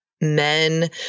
men